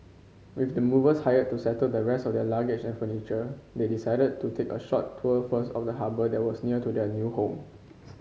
with the movers hired to settle the rest of their luggage and furniture they decided to take a short tour first of the harbour that was near to their new home